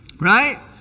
Right